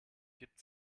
gibt